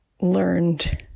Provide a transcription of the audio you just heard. learned